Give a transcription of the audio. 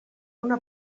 una